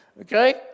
Okay